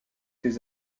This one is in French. ses